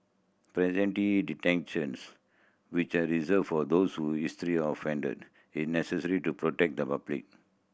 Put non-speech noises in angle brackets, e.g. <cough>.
preventive detentions which are reserved for those who with history of <unintelligible> is necessary to protect the public